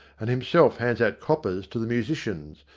and himself hands out coppers to the musicians,